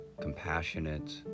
compassionate